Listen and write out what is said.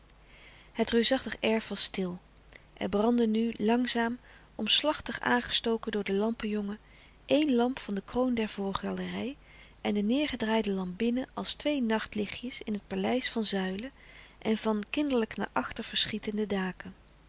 het reusachtige erf was stil er brandden nu langzaam omslachtig aangestoken door den lampenjongen éen lamp van de kroon der voorgalerij en de neêrgedraaide lamp binnen als twee nachtlichtjes in het paleis van zuilen en van kinderlijk naar achter verschietende daken